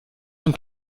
und